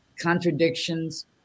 contradictions